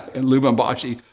and lubumbashi,